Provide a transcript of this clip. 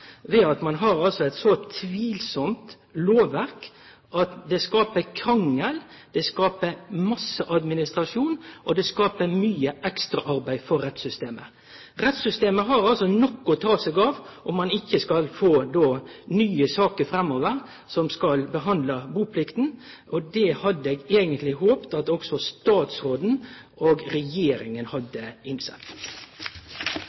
Ein har altså eit så tvilsamt lovverk at det skaper krangel og mykje administrasjon, og det skaper mykje ekstraarbeid for rettssystemet. Rettssystemet har nok å ta seg av om ein ikkje skal få nye saker framover som skal behandle buplikta. Det hadde eg eigentleg håpa at også statsråden og regjeringa